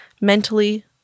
mentally